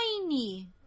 tiny